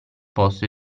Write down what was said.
posto